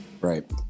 Right